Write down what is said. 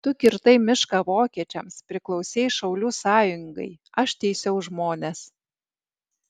tu kirtai mišką vokiečiams priklausei šaulių sąjungai aš teisiau žmones